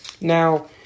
Now